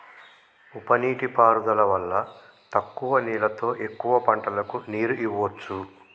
ఉప నీటి పారుదల వల్ల తక్కువ నీళ్లతో ఎక్కువ పంటలకు నీరు ఇవ్వొచ్చు